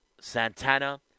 Santana